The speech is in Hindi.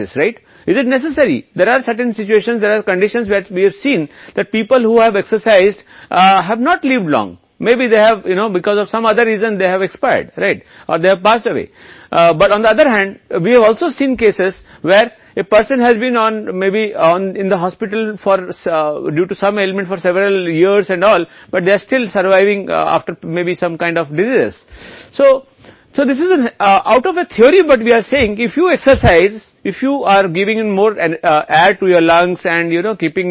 क्या यह आवश्यक है कि कुछ ऐसी परिस्थितियां हैं जहां ऐसी स्थितियां हैं कि जिन लोगों ने व्यायाम नहीं किया है वे लंबे समय तक जीवित नहीं रहेंगे हो सकता है कि वे किसी अन्य कारण से हों या उनका निधन हो गया है लेकिन दूसरी ओर हमने ऐसे मामलों को भी देखा है जहां एक व्यक्ति कई वर्षों से कुछ बीमारियों के कारण अस्पताल में है लेकिन वे शायद कुछ प्रकार की बीमारियों के बाद भी जीवित हैं इसलिए यह एक सिद्धांत से बाहर है लेकिन यदि आप व्यायाम करते हैं यदि आप अधिक फेफड़ों को दे रहे हैं